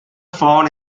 found